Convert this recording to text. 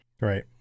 right